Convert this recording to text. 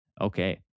Okay